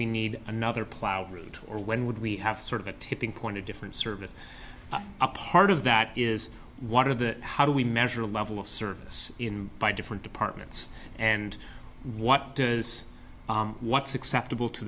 we need another plowed route or when would we have sort of a tipping point a different service a part of that is what are the how do we measure a level of service in by different departments and what does what's acceptable to